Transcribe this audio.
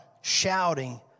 shouting